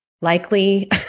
likely